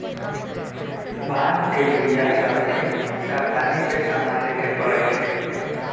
भांग के बीया सभ के सावधानी से सम्हारे परइ छै